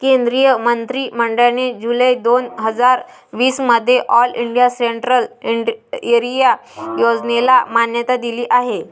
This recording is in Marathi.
केंद्रीय मंत्रि मंडळाने जुलै दोन हजार वीस मध्ये ऑल इंडिया सेंट्रल एरिया योजनेला मान्यता दिली आहे